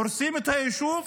הורסים את היישוב,